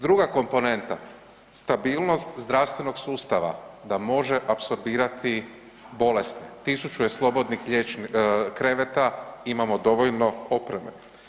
Druga komponenta, stabilnost zdravstvenog sustava da može apsorbirati bolest 1.000 je slobodnih kreveta imamo dovoljno opreme.